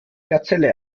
gazelle